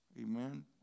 Amen